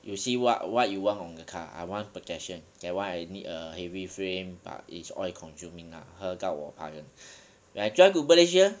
you see what what you want on the car I want protection that why I need a heavy frame but it's oil consuming lah 喝到我怕人 when I drive to malaysia